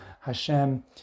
Hashem